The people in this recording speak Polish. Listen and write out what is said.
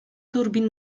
turbin